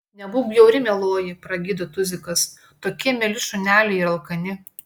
nebūk bjauri mieloji pragydo tuzikas tokie mieli šuneliai ir alkani